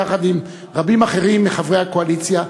יחד עם רבים אחרים מחברי הקואליציה,